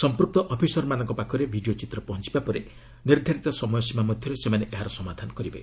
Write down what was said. ସମ୍ପୃକ୍ତ ଅଫିସରମାନଙ୍କ ପାଖରେ ଭିଡ଼ିଓ ଚିତ୍ର ପହଞ୍ଚବା ପରେ ନିର୍ଦ୍ଧାରିତ ସମୟ ସୀମା ମଧ୍ୟରେ ସେମାନେ ଏହାର ସମାଧାନ କରିବେ